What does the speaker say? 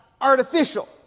artificial